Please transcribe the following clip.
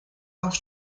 auch